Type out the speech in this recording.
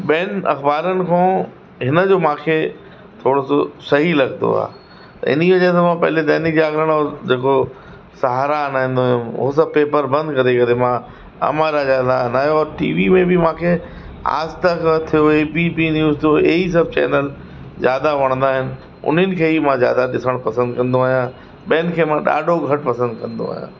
ऐं ॿियनि अख़बारुनि खां हिनजो मूंखे थोरो सो सही लगंदो आहे त इन वज़ह सां मां पहिरीं दैनिक जागरण ऐं जेको सहारा हणईंदो हुयुमि हो सभु पेपर बंदि करे करे मां अमर उजाला हणायो टीवी में बि मूंखे आज तक थियो ए बी न्यूज़ थियो हे ही सभु चेनल ज्यादा वणंदा आहिनि उन्हनि खे मां ज्यादा ॾिसण पसंदि कंदो आहियां ॿियनि खे मां ॾाढो घटि पसंदि कंदो आहियां